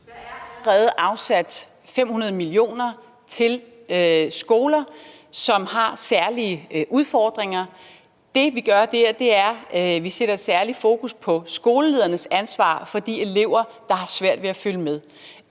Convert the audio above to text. Der er allerede afsat 500 millioner til skoler, som har særlige udfordringer. Det, vi gør der, er, at vi sætter et særligt fokus på skoleledernes ansvar for de elever, der har svært ved at følge med.